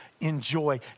enjoy